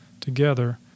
together